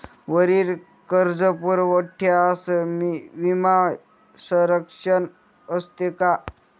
वरील कर्जपुरवठ्यास विमा संरक्षण असते का?